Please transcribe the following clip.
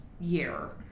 Year